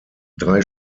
drei